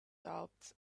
doubts